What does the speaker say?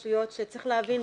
צריך להבין,